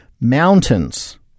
mountains